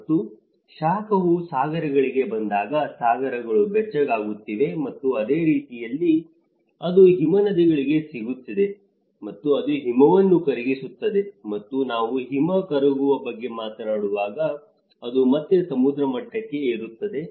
ಮತ್ತು ಶಾಖವು ಸಾಗರಗಳಿಗೆ ಬಂದಾಗ ಸಾಗರಗಳು ಬೆಚ್ಚಗಾಗುತ್ತಿವೆ ಮತ್ತು ಅದೇ ರೀತಿಯಲ್ಲಿ ಅದು ಹಿಮನದಿಗಳಿಗೆ ಸಿಗುತ್ತದೆ ಮತ್ತು ಅದು ಹಿಮವನ್ನು ಕರಗಿಸುತ್ತದೆ ಮತ್ತು ನಾವು ಹಿಮ ಕರಗುವ ಬಗ್ಗೆ ಮಾತನಾಡುವಾಗ ಅದು ಮತ್ತೆ ಸಮುದ್ರ ಮಟ್ಟಕ್ಕೆ ಏರುತ್ತದೆ